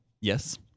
Yes